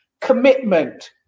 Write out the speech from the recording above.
Commitment